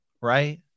right